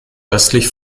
östlich